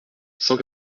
cent